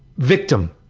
victim,